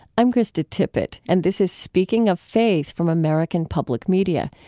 i'm krista tippett, and this is speaking of faith from american public media.